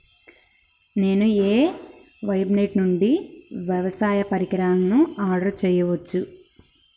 నేను ఏ వెబ్సైట్ నుండి వ్యవసాయ పరికరాలను ఆర్డర్ చేయవచ్చు?